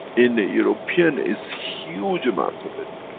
in the european is huge amount of it.